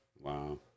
Wow